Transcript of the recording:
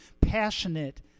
passionate